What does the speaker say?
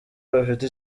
bafite